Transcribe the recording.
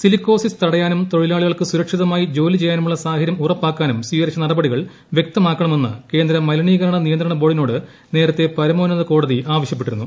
silicosis തടയാനും തൊഴിലാളികൾക്ക് സുരക്ഷിതമായി ജോലി ചെയ്യാനുള്ള സാഹചര്യം ഉറപ്പാക്കാനും സ്വീകരിച്ച നടപടികൾ വ്യക്തമാക്കണമെന്ന് കേന്ദ്ര മലിനീകരണ നിയന്ത്രണ ബോർഡിനോട് നേരത്തെ പരമോന്നത കോടതി ആവശ്യ പ്പെട്ടിരുന്നു